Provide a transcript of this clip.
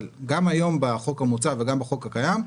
אבל גם היום בחוק המוצע וגם בחוק הקיים,